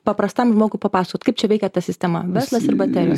paprastam žmogui papasakot kaip čia veikia ta sistema verslas ir baterijos